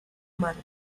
madre